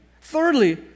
Thirdly